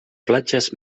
platges